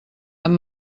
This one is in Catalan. amb